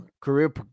career